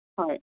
ꯍꯣꯏ